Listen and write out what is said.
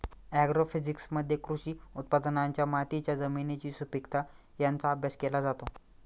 ॲग्रोफिजिक्समध्ये कृषी उत्पादनांचा मातीच्या जमिनीची सुपीकता यांचा अभ्यास केला जातो